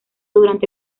durante